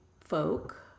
folk